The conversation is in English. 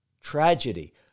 tragedy